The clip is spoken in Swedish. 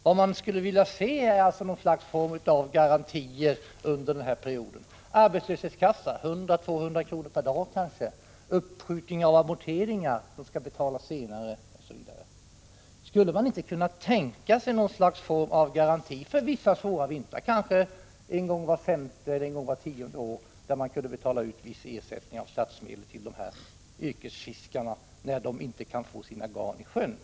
Vad man skulle vilja se är någon form av garantier under den här perioden. Det kunde gälla ersättning från arbetslöshetskassan på 100-200 kr., uppskjutning av amorteringar osv. Skulle man inte kunna tänka sig någon form av garanti för våra vintrar som gjorde det möjligt att kanske en gång vart femte eller tionde år betala ut en viss ersättning från statsmedel till dessa yrkesfiskare, när de inte kan få sina garn i sjön?